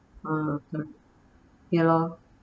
uh ya lor